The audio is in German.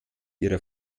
ihrer